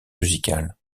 musical